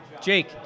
Jake